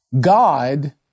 God